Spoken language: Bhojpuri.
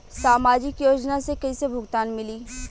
सामाजिक योजना से कइसे भुगतान मिली?